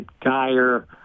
dire